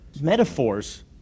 metaphors